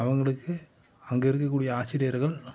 அவங்களுக்கு அங்கே இருக்கக்கூடிய ஆசிரியர்கள்